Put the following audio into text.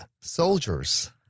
soldiers